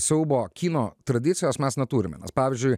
siaubo kino tradicijos mes neturime pavyzdžiui